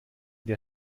der